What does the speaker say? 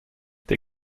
they